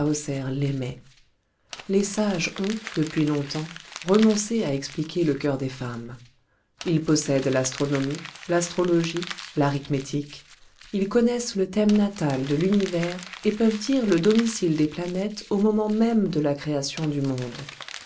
l'aimait les sages ont depuis longtemps renoncé à expliquer le cœur des femmes ils possèdent l'astronomie l'astrologie l'arithmétique ils connaissent le thème natal de l'univers et peuvent dire le domicile des planètes au moment même de la création du monde